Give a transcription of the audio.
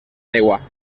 aigua